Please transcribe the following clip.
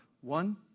one